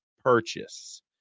purchase